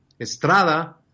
Estrada